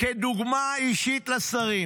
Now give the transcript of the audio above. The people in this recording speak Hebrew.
כדוגמה אישית לשרים.